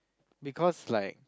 because like